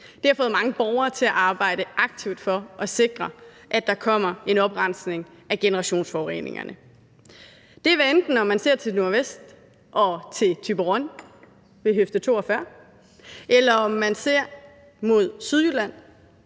af, har fået mange borgere til at arbejde aktivt for at sikre, at der kommer en oprensning af generationsforureningerne. Det er, hvadenten man ser til nordvest og Thyborøn ved Høfde 42, eller om man ser mod Sydjylland